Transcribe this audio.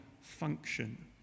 function